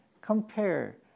Compare